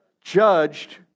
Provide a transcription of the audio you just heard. judged